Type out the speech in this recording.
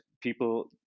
people